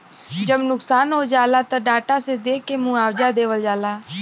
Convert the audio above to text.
जब नुकसान हो जाला त डाटा से देख के मुआवजा देवल जाला